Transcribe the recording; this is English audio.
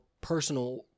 personal-